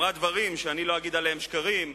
אמרה דברים שאני לא אגיד עליהם "שקרים",